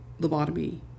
Lobotomy